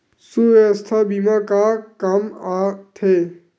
सुवास्थ बीमा का काम आ थे?